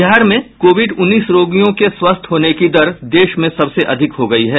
बिहार में कोविड उन्नीस रोगियों के स्वस्थ होने की दर देश में सबसे अधिक हो गयी है